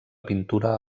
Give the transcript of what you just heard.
pintura